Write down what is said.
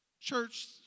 Church